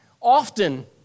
often